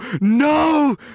no